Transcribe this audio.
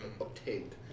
obtained